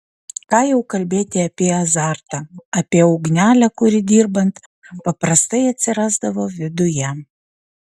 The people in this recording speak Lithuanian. ką jau kalbėti apie azartą apie ugnelę kuri dirbant paprastai atsirasdavo viduje